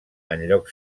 enlloc